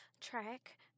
Track